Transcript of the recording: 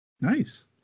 Nice